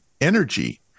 energy